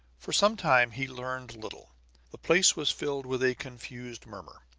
for some time he learned little the place was filled with a confused murmur.